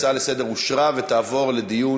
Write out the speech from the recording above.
אני קובע כי ההצעות לסדר-היום אושרו ותעבורנה לדיון